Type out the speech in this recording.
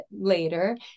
later